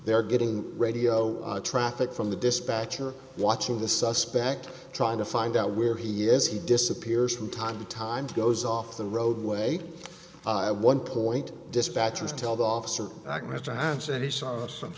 there getting radio traffic from the dispatcher watching the suspect trying to find out where he is he disappears from time to time goes off the roadway one point dispatchers tell the officer that mr hanson he saw some